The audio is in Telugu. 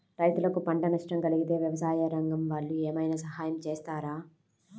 రైతులకు పంట నష్టం కలిగితే వ్యవసాయ రంగం వాళ్ళు ఏమైనా సహాయం చేస్తారా?